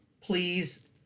please